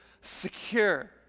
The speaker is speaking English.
secure